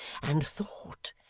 and thought,